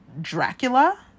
Dracula